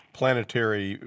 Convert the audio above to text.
planetary